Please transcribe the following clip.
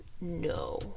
no